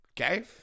Okay